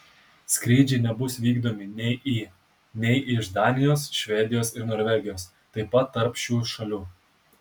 skrydžiai nebus vykdomi nei į nei iš danijos švedijos ir norvegijos taip pat tarp šių šalių